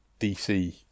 DC